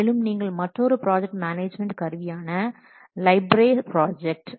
மேலும் நீங்கள் மற்றொரு ப்ராஜெக்ட் மேனேஜ்மெண்ட் கருவியான லைஃப் பிரே ப்ராஜெக்ட்